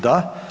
Da.